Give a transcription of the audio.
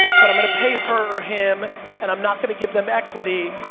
but i'm gonna pay her or him and i'm not gonna give them equity,